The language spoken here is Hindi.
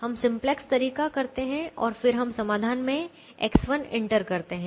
हम सिंपलेक्स तरीका करते हैं और फिर हम समाधान में X1 इंटर करते हैं